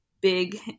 big